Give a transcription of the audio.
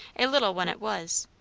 a little one it was,